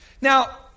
Now